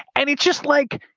and it's just like